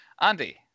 Andy